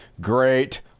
great